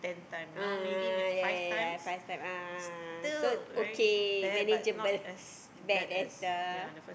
ah ah yea yea yea five type ah so okay manageable bad as uh